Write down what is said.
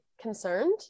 concerned